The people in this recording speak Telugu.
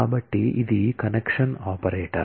కాబట్టి ఇది కనెక్షన్ ఆపరేటర్